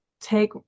take